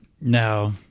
No